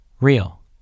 real